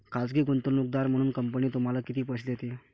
खाजगी गुंतवणूकदार म्हणून कंपनी तुम्हाला किती पैसे देते?